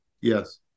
Yes